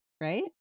right